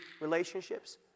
Relationships